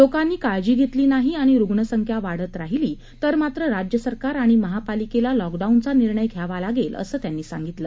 लोकांनी काळजी धेतली नाही आणि रुग्णसंख्या वाढत राहिली तर मात्र राज्य सरकार आणि महापालिकेला लॉकडाऊनचा निर्णय घ्यावा लागेल असं त्यांनी सांगितलं